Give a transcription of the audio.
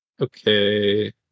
Okay